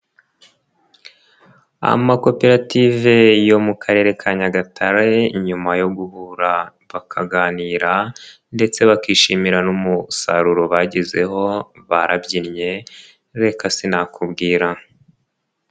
Amakoperative yo mu Karere ka Nyagatare, nyuma yo guhura bakaganira, ndetse bakishimira n'umusaruro bagezeho, barabyinnye reka sinakubwira.